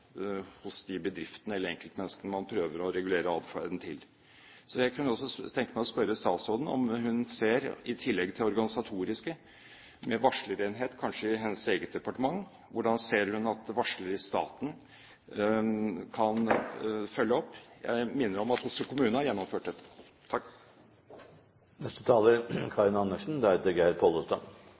hos de bedriftene eller enkeltmenneskene man prøver å regulere adferden til. Jeg kunne tenke meg å spørre statsråden om hvordan hun – i tillegg til det organisatoriske med varslerenhet kanskje i hennes eget departement – ser at varslere i staten kan følges opp? Jeg minner om at Oslo kommune har gjennomført